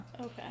Okay